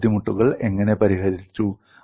ഈ ബുദ്ധിമുട്ടുകൾ എങ്ങനെ പരിഹരിച്ചു